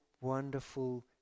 wonderful